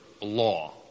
law